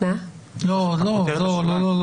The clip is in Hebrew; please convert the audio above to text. לא, לא.